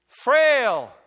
frail